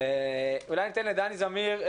אולי ניתן לדני זמיר,